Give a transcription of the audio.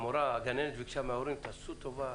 הגננת ביקשה מההורים עשו טובה,